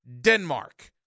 Denmark